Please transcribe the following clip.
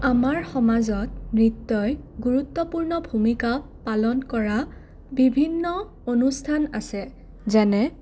আমাৰ সমাজত নৃত্যই গুৰুত্বপূৰ্ণ ভূমিকা পালন কৰা বিভিন্ন অনুষ্ঠান আছে যেনে